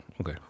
okay